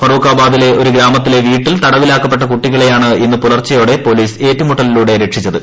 ഫറൂഖാബാദിൽ ഒരു ഗ്രാമത്തിലെ വീട്ടിൽ തടവിലാക്കപ്പെട്ട കുട്ടികളെയാണ് ഇന്ന് പുലർച്ചയോടെ പൊലീസ് ഏറ്റുമുട്ടലിലൂടെ രക്ഷിച്ചത്